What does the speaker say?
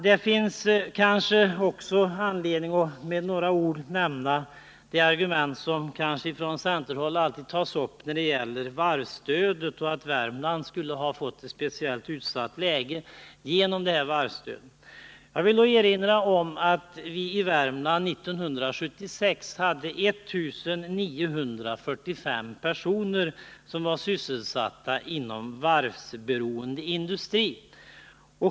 Det finns kanske anledning att också med några ord nämna Om sysselsätt de argument som från centerhåll alltid tas upp när det gäller varvsstödet och ningen i Värmlands att Värmland skulle ha fått ett speciellt utsatt läge genom just detta varvsstöd. — län Jag vill då erinra om att vi i Värmland år 1976 hade 1 945 personer sysselsatta inom varvsberoende industri.